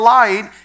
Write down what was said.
light